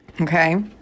Okay